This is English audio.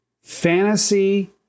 fantasy